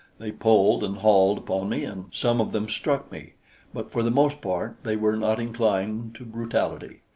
they pulled and hauled upon me, and some of them struck me but for the most part they were not inclined to brutality.